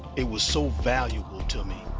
it was so valuable to me.